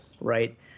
right